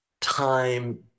time